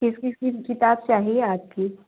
किस किस की किताब चाहिए आपकी